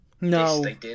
no